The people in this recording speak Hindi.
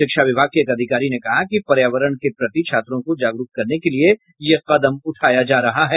शिक्षा विभाग के एक अधिकारी ने कहा कि पर्यावरण के प्रति छात्रों को जागरूक करने के लिये यह कदम उठाया जा रहा है